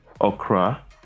Okra